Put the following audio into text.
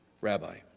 Rabbi